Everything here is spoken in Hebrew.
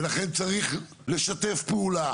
ולכן צריך לשתף פעולה